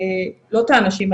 לא את האנשים,